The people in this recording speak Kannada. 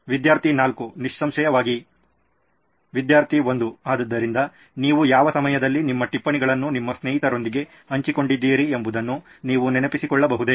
ವಿದ್ಯಾರ್ಥಿ 4 ನಿಸ್ಸಂಶಯವಾಗಿ ವಿದ್ಯಾರ್ಥಿ 1 ಆದ್ದರಿಂದ ನೀವು ಯಾವ ಸಮಯದಲ್ಲಿ ನಿಮ್ಮ ಟಿಪ್ಪಣಿಗಳನ್ನು ನಿಮ್ಮ ಸ್ನೇಹಿತರೊಂದಿಗೆ ಹಂಚಿಕೊಂಡಿದ್ದೀರಿ ಎಂಬುದನ್ನು ನೀವು ನೆನಪಿಸಿಕೊಳ್ಳಬಹುದೇ